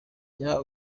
jya